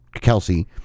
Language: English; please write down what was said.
Kelsey